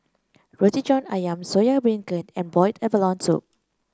Roti John ayam Soya Beancurd and Boiled Abalone Soup